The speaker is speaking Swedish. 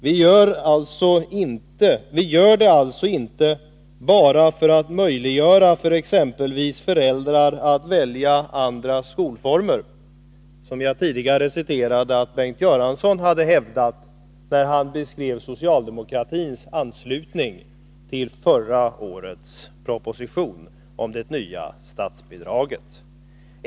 Vi moderater vill det, för att möjliggöra för elever och föräldrar att välja andra skolformer, det som Bengt Göransson inte ville när han i det citat jag tidigare återgivit beskrev socialdemokratins anslutning till förra årets proposition om det nya statsbidraget.